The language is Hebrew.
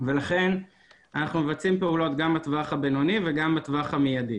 ולכן אנחנו מבצעים פעולות גם בטווח הבינוני וגם בטווח המידי.